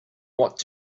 what